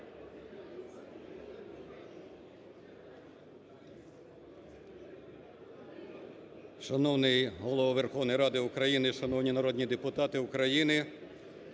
Шановний Голово Верховної Ради України, шановні народні депутати України!